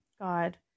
God